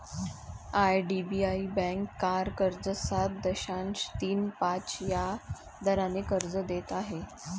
IDBI bank car कर्ज सात दशांश तीन पाच या दराने कर्ज देत आहे